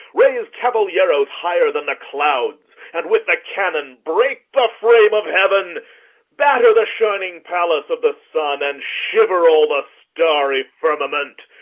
raise cavalieros higher than the clouds, and with the cannon break the frame of heaven batter the shining palace of the sun, and shiver all the starry firmament,